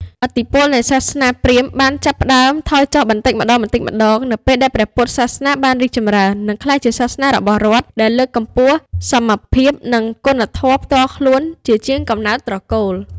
ឥទ្ធិពលនៃសាសនាព្រាហ្មណ៍បានចាប់ផ្តើមថយចុះបន្តិចម្តងៗនៅពេលដែលព្រះពុទ្ធសាសនាបានរីកចម្រើន និងក្លាយជាសាសនារបស់រដ្ឋ ដែលលើកកម្ពស់សមភាព និងគុណធម៌ផ្ទាល់ខ្លួនជាជាងកំណើតត្រកូល។